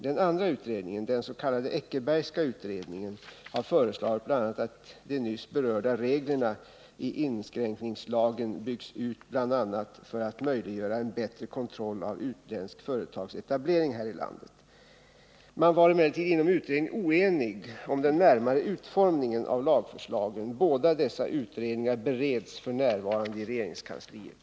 Den andra utredningen — den s.k. Eckerbergska utredningen — har bl.a. föreslagit att de nyss berörda reglerna i inskränkningslagen byggs ut, bl.a. för att möjliggöra en bättre kontroll av utländsk företagsetablering här i landet. Man var emellertid inom utredningen oenig om den närmare utformningen av lagförslagen. Båda dessa utredningar bereds f. n. i regeringskansliet.